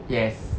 yes